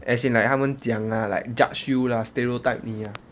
as in like 他们讲 lah like judge you lah stereotype 你 ah